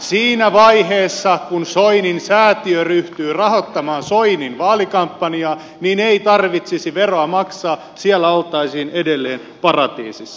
siinä vaiheessa kun soinin säätiö ryhtyy rahoittamaan soinin vaalikampanjaa ei tarvitsisi veroa maksaa siellä oltaisiin edelleen paratiisissa